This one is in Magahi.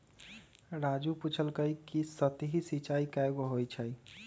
राजू पूछलकई कि सतही सिंचाई कैगो होई छई